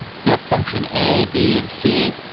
if you have function a, b and c,